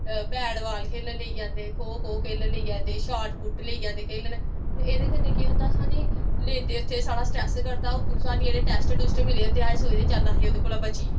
bat ball खेलन लेई जंदे खो खो खेलन लेई जंदे शार्ट पुट्ट लेई जंदे खेलन एह्दे कन्नै केह् होंदे साह्नू लेंदे उत्थें साढ़ा स्ट्रेस घटदा उप्परूं साह्नू जेह्ड़े टैस्ट टुस्ट मिले दे होंदे अस सोचदे चल अस ओह्दे कोला बचिये